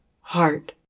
heart